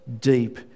deep